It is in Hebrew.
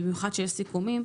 במיוחד כשיש סיכומים.